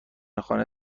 خانه